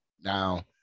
now